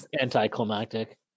anticlimactic